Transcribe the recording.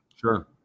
Sure